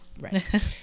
Right